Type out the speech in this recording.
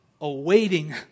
awaiting